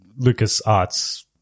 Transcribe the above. LucasArts –